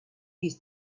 his